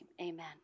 amen